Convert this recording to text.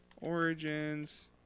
Origins